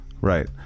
right